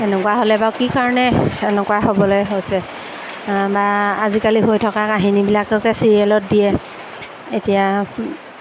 এনেকুৱা হ'লে বাৰু কি কাৰণে এনেকুৱা হ'বলৈ হৈছে বা আজিকালি হৈ থকা কাহিনীবিলাককে চিৰিয়েলত দিয়ে এতিয়া